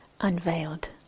unveiled